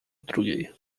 drugiej